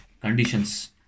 conditions